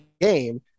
game